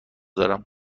دارم